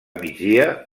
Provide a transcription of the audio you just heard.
migdia